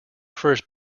first